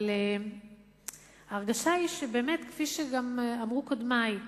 אבל ההרגשה היא באמת, כפי שגם אמרו קודמי: